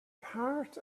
part